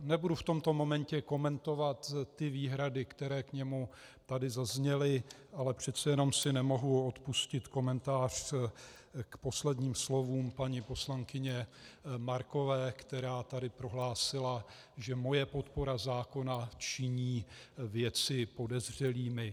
Nebudu v tomto momentě komentovat výhrady, které k němu tady zazněly, ale přece jenom si nemohu odpustit komentář k posledním slovům paní poslankyně Markové, která tady prohlásila, že moje podpora zákona činí věci podezřelými.